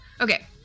okay